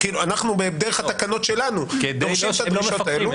כאילו אנחנו בדרך התקנות שלנו דורשים את הדרישות האלו.